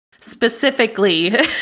specifically